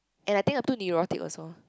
and I think I'm too neurotic also